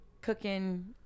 cooking